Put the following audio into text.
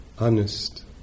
honest